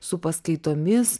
su paskaitomis